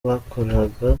bakoraga